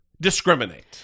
Discriminate